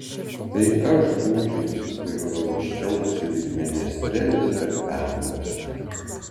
tai aš gūžiausi ir lanksčiausi lyg menestrelis per perklausą